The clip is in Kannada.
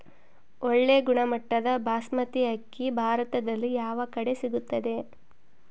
ಒಳ್ಳೆ ಗುಣಮಟ್ಟದ ಬಾಸ್ಮತಿ ಅಕ್ಕಿ ಭಾರತದಲ್ಲಿ ಯಾವ ಕಡೆ ಸಿಗುತ್ತದೆ?